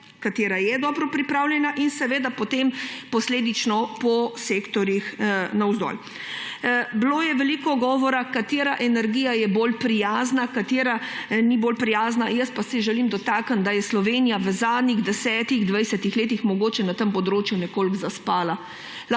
katera je dobro pripravljena, in seveda potem posledično po sektorjih navzdol. Bilo je veliko govora, katera energija je bolj prijazna, katera ni bolj prijazna, jaz pa se želim dotakniti, da je Slovenija v zadnjih 10, 20 letih mogoče na tem področju nekoliko zaspala.